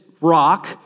rock